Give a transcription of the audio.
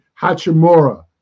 Hachimura